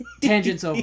Tangents